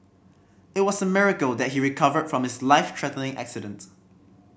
it was a miracle that he recovered from his life threatening accident